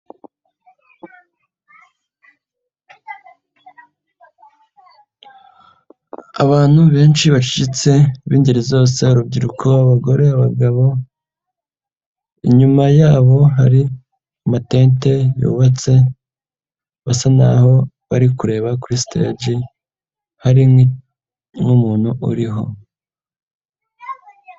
Abantu benshi bashyitse b'ingeri zose, urubyiruko, abagore, abagabo, inyuma yabo hari amatente yubatse, bisa naho bari kureba kuri stage hari nk'umuntu uriho.